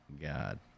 God